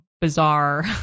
bizarre